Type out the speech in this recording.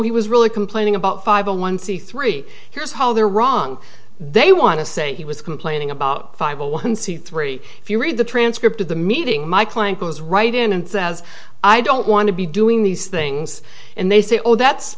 he was really complaining about five or one c three here's how they're wrong they want to say he was complaining about five one c three if you read the transcript of the meeting my client goes right in and says i don't want to be doing these things and they say oh that's